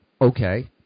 okay